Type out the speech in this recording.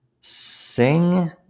sing